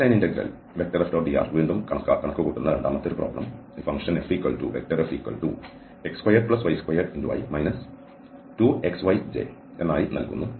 ഈ line integral F⋅dr വീണ്ടും കണക്കുകൂട്ടുന്ന രണ്ടാമത്തെ പ്രോബ്ലം ഈ ഫംഗ്ഷൻ Fx2y2i 2xyj ആയി നൽകുന്നു